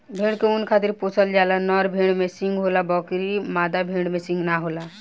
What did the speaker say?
भेड़ के ऊँन खातिर पोसल जाला, नर भेड़ में सींग होला बकीर मादा भेड़ में सींग ना होला